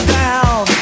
down